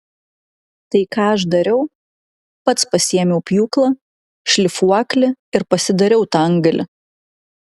tai ką aš dariau pats pasiėmiau pjūklą šlifuoklį ir pasidariau tą antgalį